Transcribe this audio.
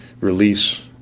release